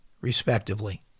respectively